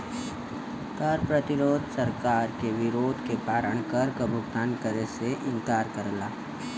कर प्रतिरोध सरकार के विरोध के कारण कर क भुगतान करे से इंकार करला